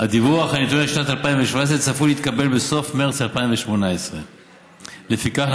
הדיווח על נתוני שנת 2017 צפוי להתקבל בסוף מרס 2018. לפיכך,